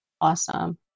Awesome